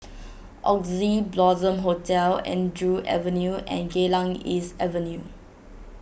Oxley Blossom Hotel Andrew Avenue and Geylang East Avenue